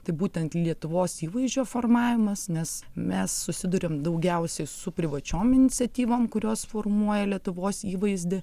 tai būtent lietuvos įvaizdžio formavimas nes mes susiduriam daugiausiai su privačiom iniciatyvom kurios formuoja lietuvos įvaizdį